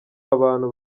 abantu